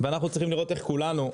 ואנחנו צריכים לראות איך כולנו,